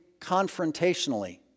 confrontationally